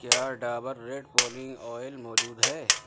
کیا Dabur red pulling oil موجود ہے